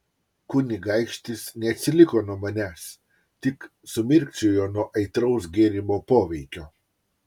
kunigaikštis neatsiliko nuo manęs tik sumirkčiojo nuo aitraus gėrimo poveikio